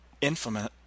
infamous